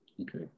Okay